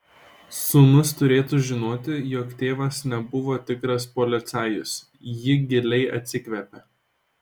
sūnus turėtų žinoti jog tėvas nebuvo tikras policajus ji giliai atsikvėpė